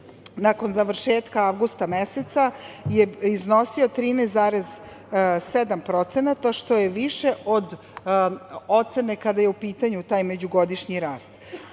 nakon završetka avgusta meseca, iznosio je 13,7%, što je više od ocene kada je u pitanju taj međugodišnji rast.